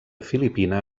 filipina